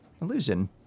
Illusion